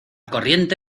corriente